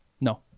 No